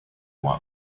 want